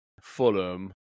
Fulham